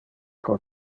pro